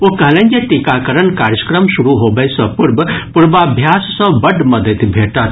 ओ कहलनि जे टीकाकरण कार्यक्रम शुरू होबय सँ पूर्व पूर्वाभ्यास सँ बड्ड मददि भेटत